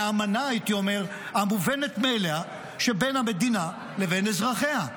מהאמנה המובנת מאליה שבין המדינה לבין אזרחיה.